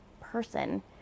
person